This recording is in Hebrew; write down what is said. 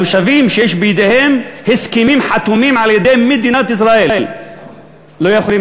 התושבים שיש בידיהם הסכמים חתומים על-ידי מדינת ישראל לא יכולים